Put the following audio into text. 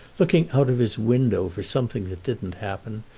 looking out of his window for something that didn't happen,